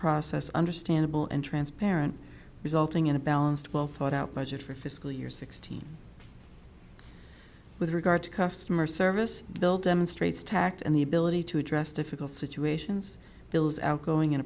process understandable and transparent resulting in a balanced well thought out budget for fiscal year sixteen with regard to customer service bill demonstrates tact and the ability to address difficult situations bills outgoing